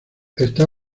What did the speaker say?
está